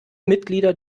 mitglieder